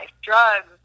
drugs